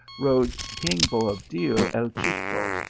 roce king boabdil el chico,